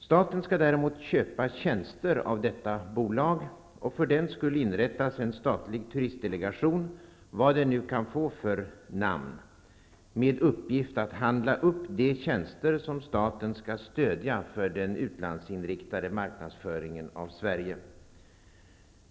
Staten skall däremot köpa tjänster av detta bolag, och för den skull inrättas en statlig turistdelegation -- vad den nu kan få för namn -- med uppgift att handla upp de tjänster som staten skall stödja för den utlandsinriktade marknadsföringen av Sverige.